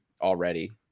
already